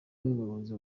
n’umuyobozi